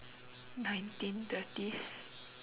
nineteen thirties